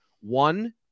One